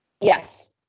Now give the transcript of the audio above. Yes